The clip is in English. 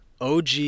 OG